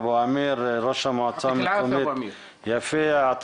ראש המועצה המקומית יפיע.